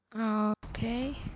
Okay